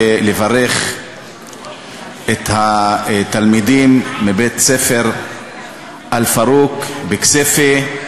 ולברך את התלמידים מבית-ספר "אל-פארוק" בכסייפה.